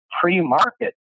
pre-market